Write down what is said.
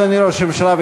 אדוני ראש הממשלה,